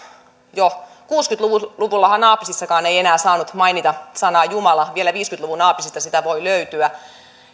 jo kuusikymmentä luvullahan aapisessakaan ei enää saanut mainita sanaa jumala vielä viisikymmentä luvun aapisesta sitä voi löytyä